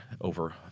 over